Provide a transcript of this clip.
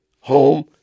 home